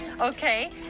Okay